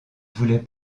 voulait